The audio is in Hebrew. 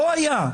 לא היה.